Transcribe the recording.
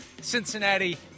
Cincinnati